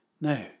Now